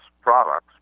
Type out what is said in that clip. products